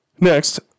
next